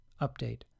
Update